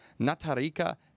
Natarika